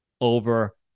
over